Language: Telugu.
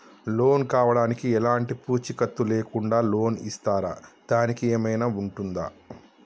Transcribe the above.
లోన్ కావడానికి ఎలాంటి పూచీకత్తు లేకుండా లోన్ ఇస్తారా దానికి ఏమైనా ఉంటుందా?